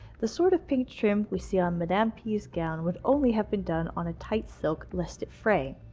the sort of pinked trim we see on madame p's gown would only have been done on a tight silk, lest it fray.